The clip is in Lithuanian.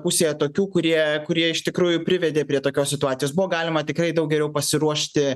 pusėje tokių kurie kurie iš tikrųjų privedė prie tokios situacijos buvo galima tikrai daug geriau pasiruošti